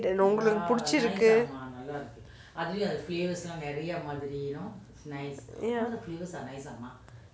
you know உங்களுக்கு பிடிச்சிருக்கு:ungalukku pidichirukku ya